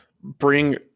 Bring